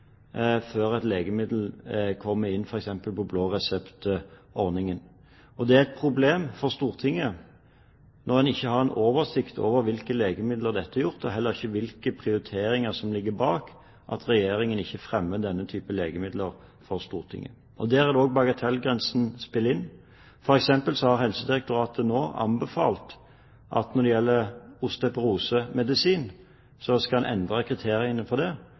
er et problem for Stortinget – når en ikke har oversikt over hvilke legemidler dette gjelder, og heller ikke vet hvilke prioriteringer som ligger bak – at Regjeringen ikke fremmer forslag om denne type legemidler for Stortinget. Det er der bagatellgrensen spiller inn. For eksempel når det gjelder osteoperosemedisin, har Helsedirektoratet nå anbefalt å endre kriteriene. I dag er det slik at en må brekke armen før en får medisin som forhindrer videre utvikling av denne sykdommen. Det